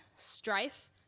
strife